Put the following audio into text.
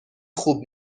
خوب